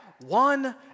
one